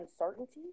uncertainty